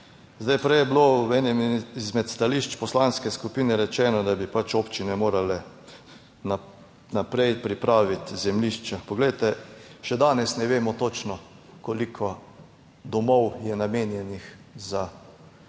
Zdaj, prej je bilo v enem izmed stališč poslanske skupine rečeno, da bi pač občine morale naprej pripraviti zemljišče. Poglejte, še danes ne vemo točno, koliko domov je namenjenih za,